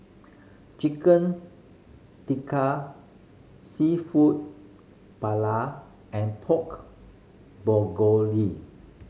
Chicken Tikka Seafood Paella and Pork